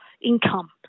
income